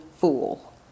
fool